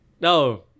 no